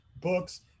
books